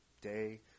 day